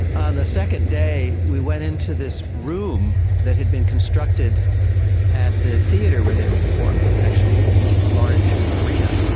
and the second day we went into this room that had been constructed at the theatre where they were performing, actually a large arena,